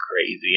crazy